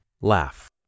laugh